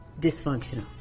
dysfunctional